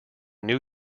new